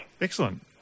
Excellent